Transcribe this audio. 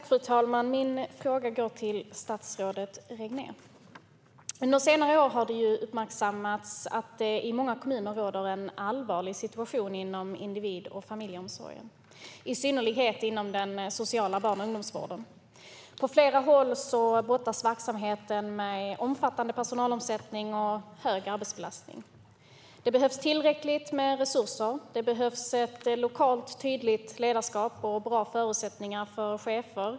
Fru talman! Min fråga går till statsrådet Regnér. Under senare år har det uppmärksammats att det i många kommuner råder en allvarlig situation inom individ och familjeomsorgen, i synnerhet inom den sociala barn och ungdomsvården. På flera håll brottas verksamheten med omfattande personalomsättning och hög arbetsbelastning. Det behövs tillräckliga resurser, ett lokalt, tydligt ledarskap och bra förutsättningar för chefer.